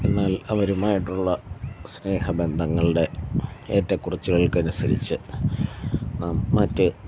എന്നാൽ അവരുമായിട്ടുള്ള സ്നേഹബന്ധങ്ങളുടെ ഏറ്റക്കുറച്ചിലുകൾക്ക് അനുസരിച്ചു നാം മറ്റു